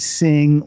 sing